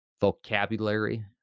vocabulary